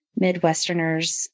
midwesterners